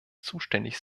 zuständig